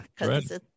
Right